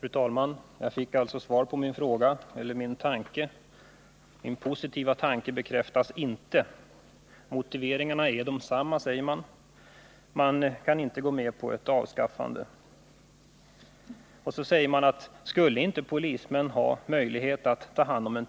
Fru talman! Jag fick ett svar på min fråga, men min positiva tanke bekräftades inte. Det framhölls att motiveringarna är desamma och att man inte kan gå med på ett avskaffande av lagen. Vidare ställdes frågan: Skulle inte en polisman ha möjlighet att ta hand om en